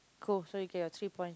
cool so you get your three point